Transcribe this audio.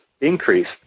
increased